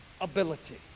ability